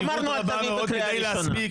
לא אמרנו אל תביא בקריאה ראשונה.